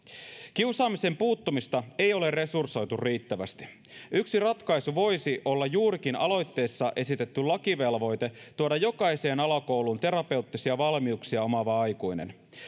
kiusaamiseen puuttumista ei ole resursoitu riittävästi yksi ratkaisu voisi olla juurikin aloitteessa esitetty lakivelvoite tuoda jokaiseen alakouluun terapeuttisia valmiuksia omaava aikuinen